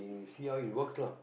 see how it works lah